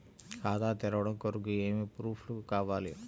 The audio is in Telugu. ఖాతా తెరవడం కొరకు ఏమి ప్రూఫ్లు కావాలి?